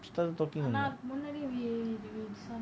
still talking